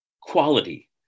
quality